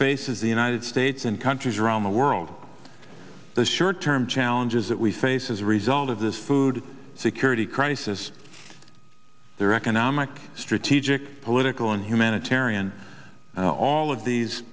faces the united states and countries around the world the short term challenges that we face as a result of this food security crisis their economic strategic political and humanitarian and all of